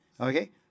Okay